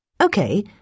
Okay